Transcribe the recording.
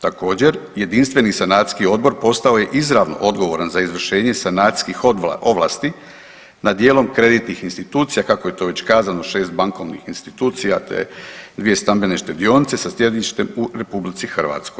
Također, jedinstveni sanacijski odbor postao je izravno odgovoran za izvršenje sanacijskih ovlasti nad dijelom kreditnih institucija kako je to već kazano, 6 bankovnih institucija te 2 stambene štedionice sa sjedištem u RH.